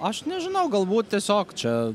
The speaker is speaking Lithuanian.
aš nežinau galbūt tiesiog čia